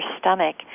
stomach